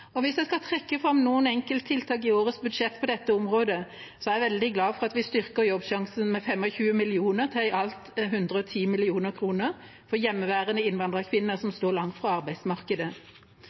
Hvis jeg skal trekke fram noen enkelttiltak i årets budsjett på dette området, er jeg veldig glad for at vi styrker Jobbsjansen med 25 mill. kr, til i alt 110 mill. kr, for hjemmeværende innvandrerkvinner som står langt fra arbeidsmarkedet.